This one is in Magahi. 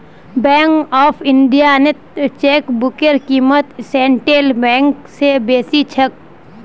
बैंक ऑफ इंडियात चेकबुकेर क़ीमत सेंट्रल बैंक स बेसी छेक